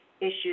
issues